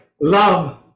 love